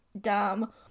dumb